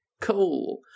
Cool